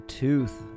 tooth